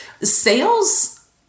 sales